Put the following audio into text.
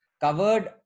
covered